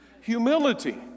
Humility